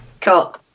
Cool